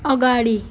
अगाडि